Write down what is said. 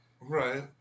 Right